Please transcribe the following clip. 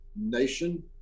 nation